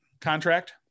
contract